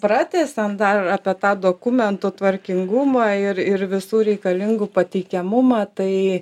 pratęsiant dar apie tą dokumentų tvarkingumą ir ir visų reikalingų pateikiamumą tai